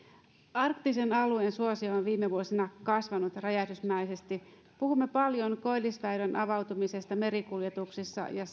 arktisen alueen suosio on viime vuosina kasvanut räjähdysmäisesti puhumme paljon koillisväylän avautumisesta merikuljetuksissa ja